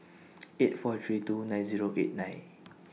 eight four three two nine Zero eight nine